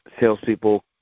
salespeople